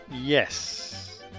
Yes